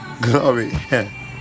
glory